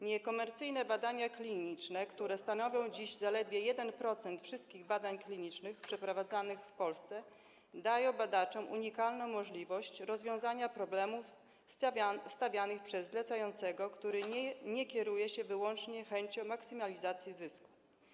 Niekomercyjne badania kliniczne, które stanowią dziś zaledwie 1% wszystkich badań klinicznych przeprowadzanych w Polsce, dają badaczom unikalną możliwość rozwiązania problemów stawianych przez zlecającego, który nie kieruje się wyłącznie chęcią maksymalizacji zysków.